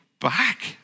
back